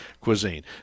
cuisine